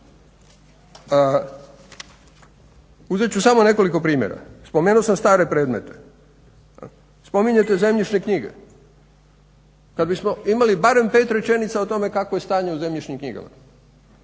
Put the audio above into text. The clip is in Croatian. Uzet ću samo nekolik primjera. Spomenuo sam stare predmete, spominjete zemljišne knjige. Kada bismo imali barem 5 rečenica o tome kakvo je stanje u zemljišnim knjigama